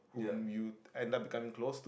whom you end up getting close too